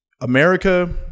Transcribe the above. America